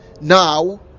now